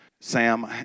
Sam